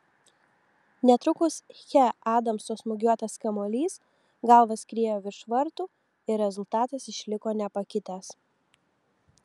netrukus che adamso smūgiuotas kamuolys galva skriejo virš vartų ir rezultatas išliko nepakitęs